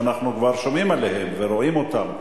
שאנחנו כבר שומעים עליהם ורואים אותם.